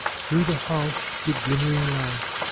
through the house give glimmering light,